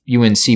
UNC